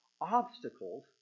Obstacles